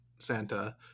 Santa